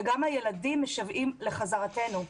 וגם הילדים משוועים לחזרתנו.